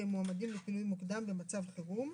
שהם מועמדים לפינוי מוקדם במצב חירום.